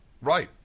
Right